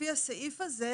לפי הסעיף הזה